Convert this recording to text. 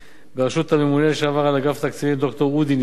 בראשות הממונה לשעבר על אגף התקציבים ד"ר אודי ניסן,